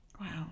Wow